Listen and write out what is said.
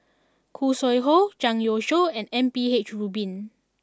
Khoo Sui Hoe Zhang Youshuo and M P H Rubin